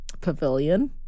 pavilion